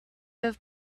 have